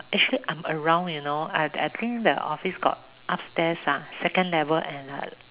uh actually I'm around you know I think the office got upstairs ah second level and a